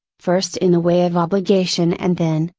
first in the way of obligation and then,